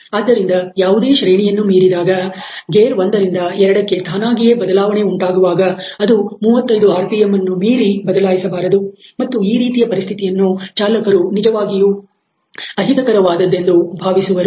ಆದ್ದರಿಂದ ಯಾವುದೇ ಶ್ರೇಣಿಯನ್ನು ಮೀರಿದಾಗ ಗೇರ್ ಒಂದರಿಂದ 2ಕ್ಕೆ ತಾನಾಗಿಯೇ ಬದಲಾವಣೆ ಉಂಟಾಗುವಾಗ ಅದು 35 ಆರ್ ಪಿಎಂ ಅನ್ನು ಮೀರಿ ಬದಲಾಯಿಸಬಾರದು ಮತ್ತು ಈ ರೀತಿಯ ಪರಿಸ್ಥಿತಿಯನ್ನು ಚಾಲಕರು ನಿಜವಾಗಿಯೂ ಅಹಿತಕರವಾದದ್ದೆಂದು ಭಾವಿಸುವರು